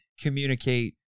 communicate